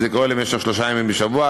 וזה קורה למשך שלושה ימים בשבוע,